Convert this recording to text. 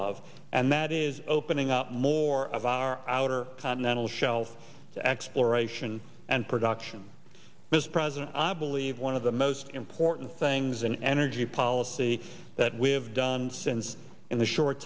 of and that is opening up more of our outer continental shelf to exploration and production was present i believe one of the most important things an energy policy that we have done since in the short